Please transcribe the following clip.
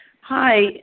Hi